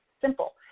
Simple